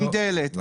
עם דלת,